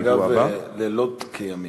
התכוונת, אגב, לילות כימים.